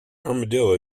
armadillo